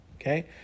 Okay